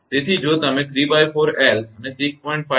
તેથી જો તમે ¾𝑙 અને 6